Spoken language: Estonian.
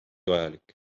vajalik